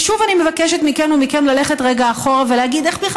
ושוב אני מבקשת מכן ומכם ללכת רגע אחורה ולהגיד איך בכלל